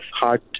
hard